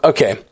Okay